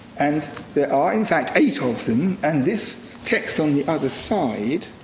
and there are in fact eight of them, and this text on the other side